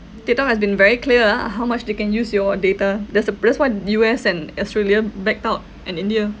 tiktok has been very clear ah how much they can use your data that's uh that's why U_S and australia backed out and india